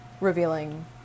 revealing